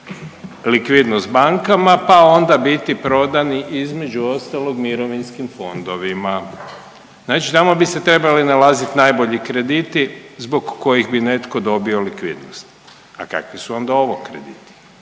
likvidnost bankama pa onda biti prodani između ostalog mirovinskim fondovima. Znači tamo bi se trebali nalaziti najbolji krediti zbog kojih bi netko dobio likvidnost. A kakvi su onda ovo krediti?